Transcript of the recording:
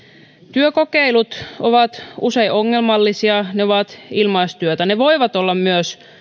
työkokeilut ovat usein ongelmallisia ne ovat ilmaistyötä ne voivat olla